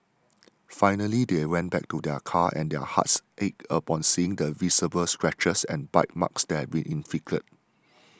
finally they went back to their car and their hearts ached upon seeing the visible scratches and bite marks that had been inflicted